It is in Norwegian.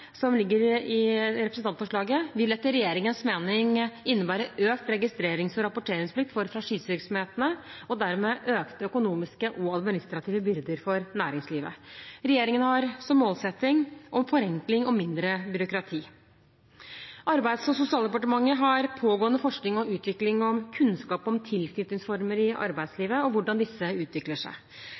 vil etter regjeringens mening innebære økt registrerings- og rapporteringsplikt for franchisevirksomhetene og dermed økte økonomiske og administrative byrder for næringslivet. Regjeringen har som målsetting forenkling og mindre byråkrati. Arbeids- og sosialdepartementet har pågående forskning på og utvikling av kunnskap om tilknytningsformer i arbeidslivet og hvordan disse utvikler seg.